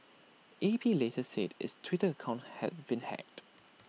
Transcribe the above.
A P later said its Twitter account had been hacked